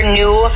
new